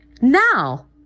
now